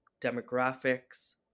demographics